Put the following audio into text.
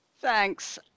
Thanks